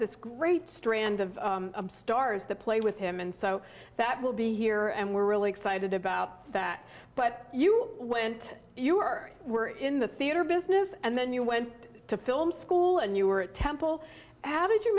this great strand of stars that play with him and so that will be here and we're really excited about that but you went you are were in the theater business and then you went to film school and you were at temple how did you